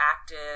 active